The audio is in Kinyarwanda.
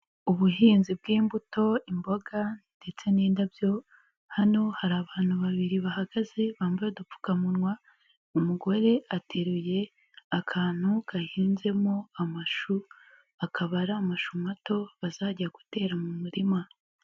Ubuhinzi bw'imbuto, imboga, ndetse n'indabyo. Hano hari abantu babiri bahagaze bambaye udupfukamunwa umugore ateruye akantu gahinzemo amashu akaba ari amashu mato bazajya gutera mu murima.